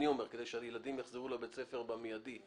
כדי שהילדים יחזרו לבית הספר באופן מידי,